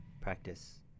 practice